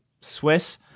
Swiss